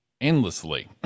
endlessly